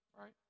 Right